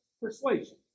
persuasion